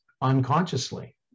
unconsciously